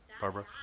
Barbara